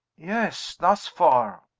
yes thus far.